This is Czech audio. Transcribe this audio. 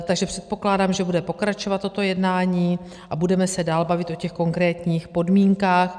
Takže předpokládám, že bude pokračovat toto jednání a budeme se dál bavit o těch konkrétních podmínkách.